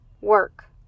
work